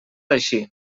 així